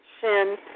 shin